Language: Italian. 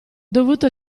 dovuto